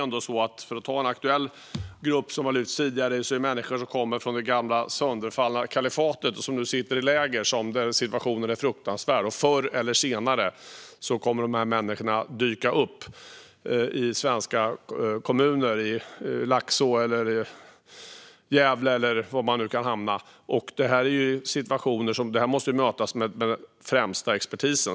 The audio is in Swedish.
En aktuell grupp, som har lyfts fram tidigare, är människor som kommer från det gamla, sönderfallna kalifatet och som nu sitter i läger där situationen är fruktansvärd. Förr eller senare kommer de att dyka upp i svenska kommuner, i Laxå, i Gävle eller var de nu kan hamna. De måste mötas av den främsta expertisen.